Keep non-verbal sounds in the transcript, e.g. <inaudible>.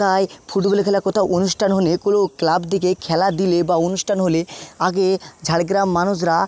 তাই ফুটবল খেলা কোথাও অনুষ্ঠান হলে কোনো ক্লাব <unintelligible> খেলা দিলে বা অনুষ্ঠান হলে আগে ঝাড়গ্রাম মানুষরা